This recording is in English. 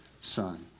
son